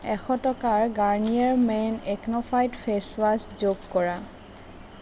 এশ টকাৰ Garnier men acno fight face wash যোগ কৰা